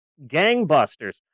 gangbusters